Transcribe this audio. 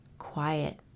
quiet